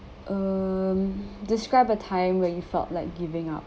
um describe a time when you felt like giving up